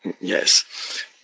Yes